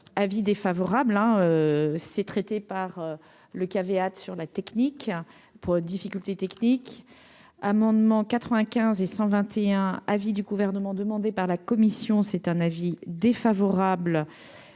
avis défavorable, hein c'est traité par le qu'il avait hâte sur la technique pour difficultés techniques, amendement 95 et 121 avis du Gouvernement demandées par la commission c'est un avis défavorable,